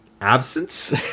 absence